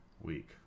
week